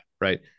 Right